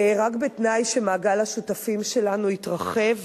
רק בתנאי שמעגל השותפים שלנו יתרחב,